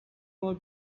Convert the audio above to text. more